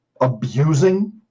abusing